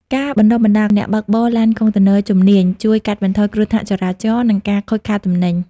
ការបណ្ដុះបណ្ដាល "អ្នកបើកបរឡានកុងតឺន័រជំនាញ" ជួយកាត់បន្ថយគ្រោះថ្នាក់ចរាចរណ៍ និងការខូចខាតទំនិញ។